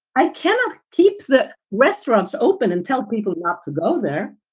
i cannot keep the restaurants open and tell people not to go there.